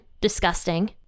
disgusting